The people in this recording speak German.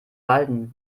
walten